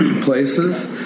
places